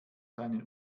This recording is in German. seinen